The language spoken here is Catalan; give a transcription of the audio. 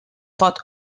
pot